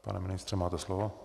Pane ministře, máte slovo.